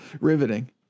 Riveting